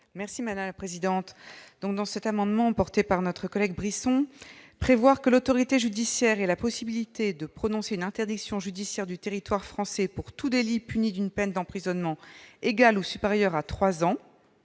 Darcos. Je présente cet amendement au nom de notre collègue Brisson. Donner à l'autorité judiciaire la possibilité de prononcer une interdiction judiciaire du territoire français pour tout délit puni d'une peine d'emprisonnement égale ou supérieure à trois